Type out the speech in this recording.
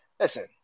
Listen